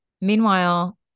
Meanwhile